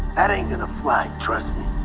that ain't gonna fly, trust